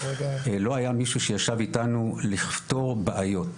לא היה מישהו שישב איתנו לפתור בעיות,